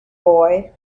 boy